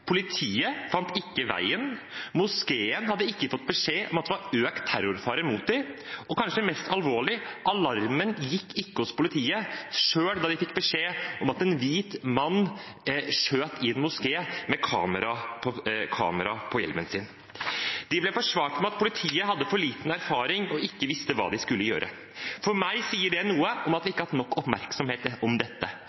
Og kanskje mest alvorlig: Alarmen gikk ikke hos politiet selv da de fikk beskjed om at en hvit mann skjøt i en moské med kamera på hjelmen sin. Det ble forsvart med at politiet hadde for liten erfaring og ikke visste hva de skulle gjøre. For meg sier det noe om at vi